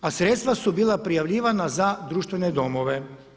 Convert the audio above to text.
A sredstva su bila prijavljivana za društvene domove.